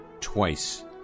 twice